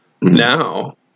now